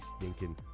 stinking